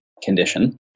condition